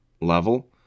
level